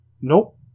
Nope